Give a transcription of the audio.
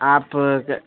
आप